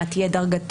מה תהיה דרגתו,